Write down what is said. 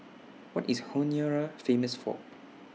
What IS Honiara Famous For